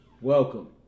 Welcome